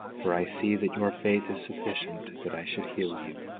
for i see that your faith is sufficient that i should heal you.